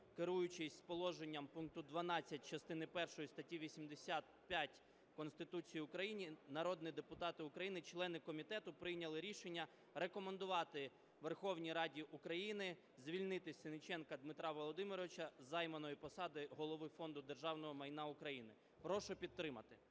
керуючись положенням пункту 12 частини першої статті 85 Конституції України, народні депутати України члени комітету прийняли рішення рекомендувати Верховній Раді України звільнити Сенниченка Дмитра Володимировича з займаної посади Голови Фонду державного майна України. Прошу підтримати.